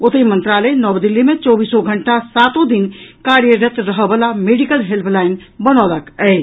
ओतहि मंत्रालय नव दिल्ली मे चौबीसो घंटा सातों दिन कार्यरत रहऽ वला मेडिकल हेल्पलाइन बनौलक अछि